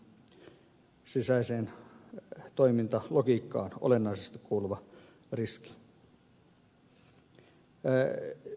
mutta tämä on tietysti kapitalismin sisäiseen toimintalogiikkaan olennaisesti kuuluva riski